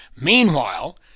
Meanwhile